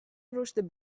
رشد